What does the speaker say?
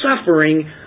suffering